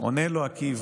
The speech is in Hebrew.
// עונה לו עקיבא,